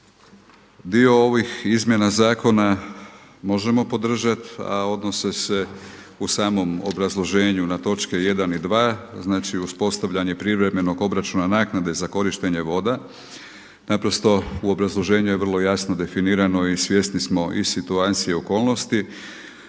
Dio ovih izmjena zakona možemo podržati, a odnose se u samom obrazloženju na točke 1 i 2, znači uspostavljanje privremenog obračuna naknade za korištenje voda. Naprosto u obrazloženju je vrlo jasno definirano i svjesni smo i situacije i okolnosti.